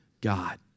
God